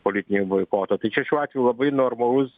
politinio boikoto tai čia šiuo atveju labai normalus